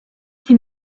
qui